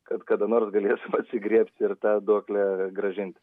kad kada nors galėsim atsigriebti ir tą duoklę grąžint